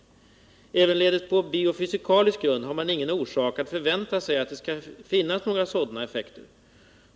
Ävenledes på en biofysikalisk grund har man ingen orsak att förvänta sig att det skall finnas några sådana effekter.